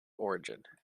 origin